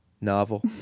novel